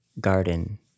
garden